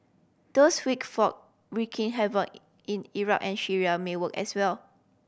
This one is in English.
those wick folk wreaking havoc in Iraq and Syria may work as well